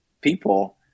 people